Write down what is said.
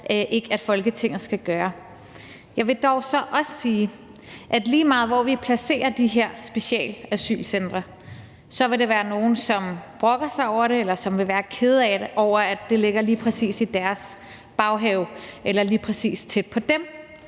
ikke at Folketinget skal. Jeg vil dog så også sige, at lige meget hvor vi placerer de her specialasylcentre, vil der være nogle, som brokker sig over det, eller som vil være kede af, at de ligger lige præcis i deres baghave eller lige præcis tæt på dem.